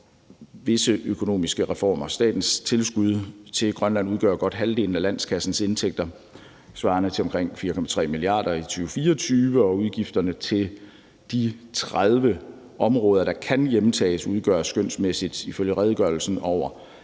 visse økonomiske reformer. Statens tilskud til Grønland udgør godt halvdelen af landskassens indtægter svarende til omkring 4,3 mia. kr. i 2024, og udgifterne til de 30 områder, der kan hjemtages, udgør skønsmæssigt ifølge redegørelsen over